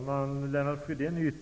Herr talman!